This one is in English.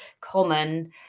common